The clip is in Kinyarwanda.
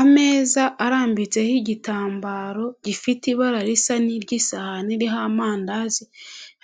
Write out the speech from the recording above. Ameza arambitseho igitambaro gifite ibara risa n'iry'isahani iriho amandazi